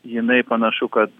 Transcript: jinai panašu kad